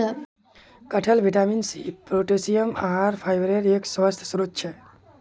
कटहल vitamin C, potassium, आहार फाइबरेर एक स्वस्थ स्रोत छे